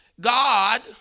God